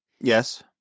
Yes